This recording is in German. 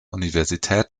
universität